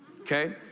Okay